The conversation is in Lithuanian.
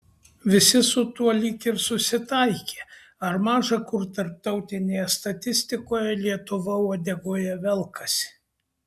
visi su tuo lyg ir susitaikė ar maža kur tarptautinėje statistikoje lietuva uodegoje velkasi